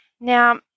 Now